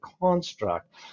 construct